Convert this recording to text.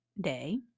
day